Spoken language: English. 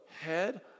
head